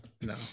no